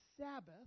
Sabbath